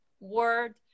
word